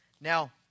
Now